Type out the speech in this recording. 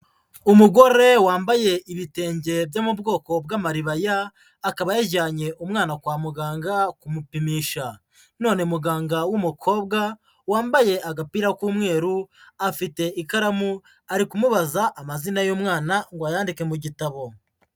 Umugore wambaye ibitenge byo mu bwoko bw'amaribaya akaba yajyanye umwana kwa muganga kumupimisha none muganga w'umukobwa wambaye agapira k'umweru afite ikaramu ari kumubaza amazina y'umwana ngo ayandike mu gitabo.